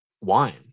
wine